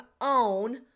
own